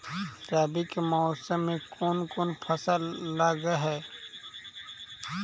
रवि के मौसम में कोन कोन फसल लग है?